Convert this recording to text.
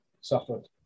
suffered